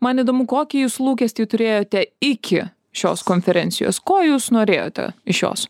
man įdomu kokį jūs lūkestį turėjote iki šios konferencijos ko jūs norėjote iš jos